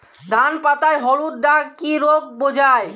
ধান পাতায় হলুদ দাগ কি রোগ বোঝায়?